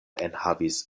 enhavis